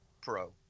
pro